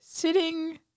Sitting